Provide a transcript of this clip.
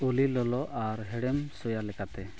ᱚᱞᱤ ᱞᱚᱞᱚ ᱟᱨ ᱦᱮᱲᱮᱢ ᱥᱳᱣᱟᱜ ᱞᱮᱠᱟᱛᱮ